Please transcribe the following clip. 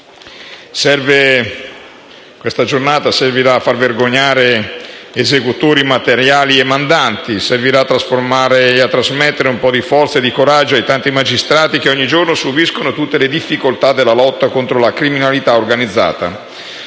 Questa giornata servirà a far vergognare esecutori materiali e mandanti, servirà a trasmettere un po' di forza e di coraggio ai tanti magistrati che ogni giorno subiscono tutte le difficoltà della lotta contro la criminalità organizzata